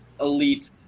elite